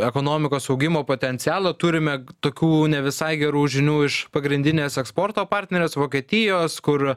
ekonomikos augimo potencialą turime tokių ne visai gerų žinių iš pagrindinės eksporto partnerės vokietijos kur